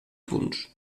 punts